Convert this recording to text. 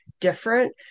different